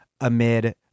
amid